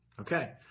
Okay